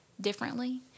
differently